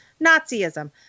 Nazism